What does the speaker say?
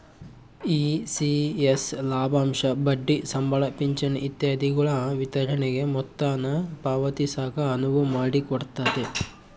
ECS ಲಾಭಾಂಶ ಬಡ್ಡಿ ಸಂಬಳ ಪಿಂಚಣಿ ಇತ್ಯಾದಿಗುಳ ವಿತರಣೆಗೆ ಮೊತ್ತಾನ ಪಾವತಿಸಾಕ ಅನುವು ಮಾಡಿಕೊಡ್ತತೆ